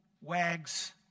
wags